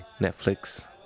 Netflix